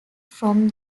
from